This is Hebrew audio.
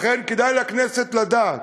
לכן כדאי לכנסת לדעת